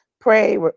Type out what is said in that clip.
pray